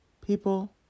people